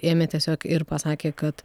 ėmė tiesiog ir pasakė kad